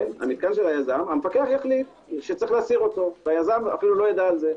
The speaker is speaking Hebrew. המפקח החליט שצריך להסיר אותו והיזם אפילו לא ידע על זה.